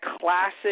classic